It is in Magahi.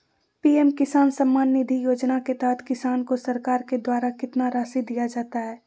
पी.एम किसान सम्मान निधि योजना के तहत किसान को सरकार के द्वारा कितना रासि दिया जाता है?